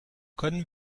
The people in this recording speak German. können